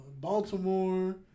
Baltimore